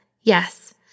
Yes